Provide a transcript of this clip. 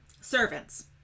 servants